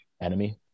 enemy